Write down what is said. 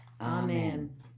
Amen